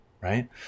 Right